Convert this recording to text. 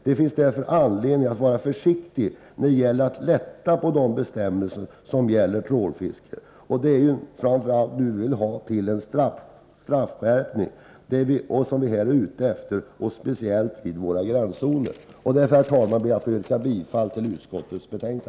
Det finns därför all anledning att vara försiktig med att lätta på bestämmelserna vad gäller trålfiske. Det är ju en straffskärpning som vi här är ute efter, speciellt vid gränszonerna. Herr talman! Jag yrkar bifall till jordbruksutskottets hemställan.